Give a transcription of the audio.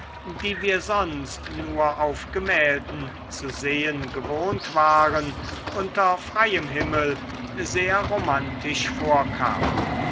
die wir sonst nur auf gemälden zu sehen gewohnt waren unter freiem himmel sehr romantisch vorkamen